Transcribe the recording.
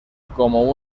como